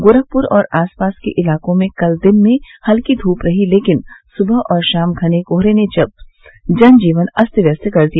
गोरखपुर और आस पास के इलाकों में कल दिन में हल्की धूप रही लेकिन सुबह और शाम घने कोहरे ने जन जीवन अस्त व्यस्त कर दिया